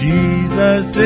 Jesus